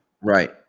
right